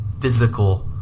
physical